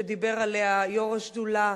שדיבר עליה יו"ר השדולה,